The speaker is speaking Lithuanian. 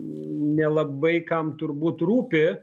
nelabai kam turbūt rūpi